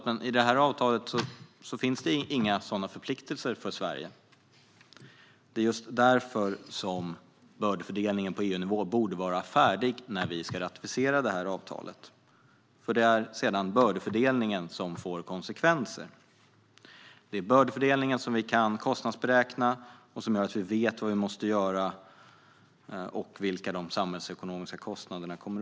Men i avtalet finns det inga sådana förpliktelser för Sveriges del. Det är därför bördefördelningen på EU-nivå borde vara färdig när vi ska ratificera avtalet. Det är bördefördelningen som sedan leder till konsekvenser. Det är denna som vi kan kostnadsberäkna och som gör att vi vet vilka åtgärder vi måste vidta och vilka samhällsekonomiska kostnader vi får.